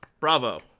bravo